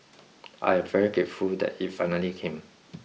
I am very grateful that it finally came